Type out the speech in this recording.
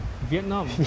Vietnam